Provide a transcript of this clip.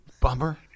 Bummer